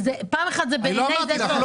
לא אמרתי לך.